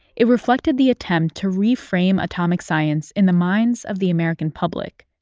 it reflected the attempt to reframe atomic science in the minds of the american public.